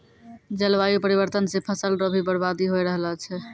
जलवायु परिवर्तन से फसल रो भी बर्बादी हो रहलो छै